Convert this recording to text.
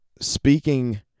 speaking